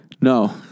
No